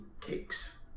cakes